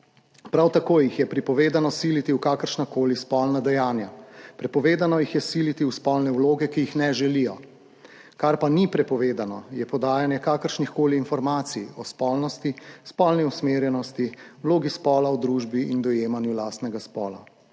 Prav tako jih je prepovedano siliti v kakršnakoli spolna dejanja. Prepovedano jih je siliti v spolne vloge, ki jih ne želijo. Kar pa ni prepovedano, je podajanje kakršnihkoli informacij o spolnosti, spolni usmerjenosti, vlogi spola v družbi in dojemanju lastnega spola.